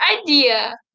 idea